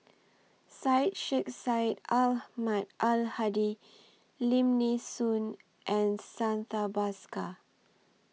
Syed Sheikh Syed Ahmad Al Hadi Lim Nee Soon and Santha Bhaskar